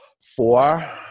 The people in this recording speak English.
Four